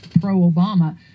pro-Obama